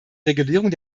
regulierung